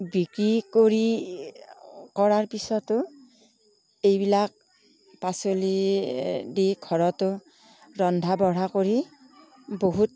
বিক্ৰী কৰি কৰাৰ পিছতো এইবিলাক পাচলি দি ঘৰতো ৰন্ধা বঢ়া কৰি বহুত